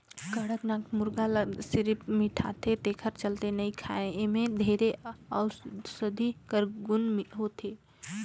कड़कनाथ मुरगा ल सिरिफ मिठाथे तेखर चलते नइ खाएं एम्हे ढेरे अउसधी कर गुन होथे